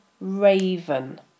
RAVEN